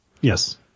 Yes